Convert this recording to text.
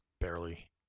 Barely